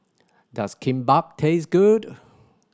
does Kimbap taste good